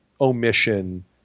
omission